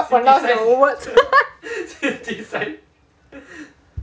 pronounce the word